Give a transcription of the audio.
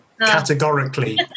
Categorically